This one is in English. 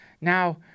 Now